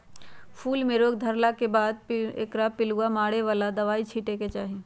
फूल में रोग धरला के बाद एकरा पर पिलुआ मारे बला दवाइ छिटे के चाही